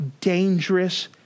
dangerous